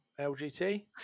LGT